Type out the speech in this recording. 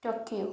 Tokyo